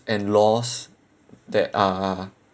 and laws that are